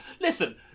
listen